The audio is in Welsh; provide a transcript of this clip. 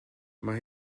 mae